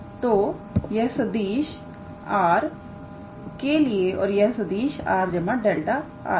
तो यह सदिश 𝑟⃗ के लिए और यह सदिश𝑟⃗ 𝛿𝑟⃗ के लिए